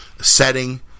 Setting